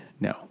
No